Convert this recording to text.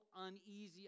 uneasy